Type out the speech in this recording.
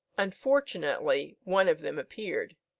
unfortunately one of them appeared.